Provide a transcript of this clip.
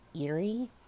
eerie